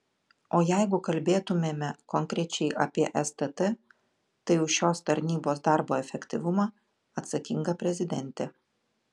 o jeigu kalbėtumėme konkrečiai apie stt tai už šios tarnybos darbo efektyvumą atsakinga prezidentė